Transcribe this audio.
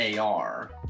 AR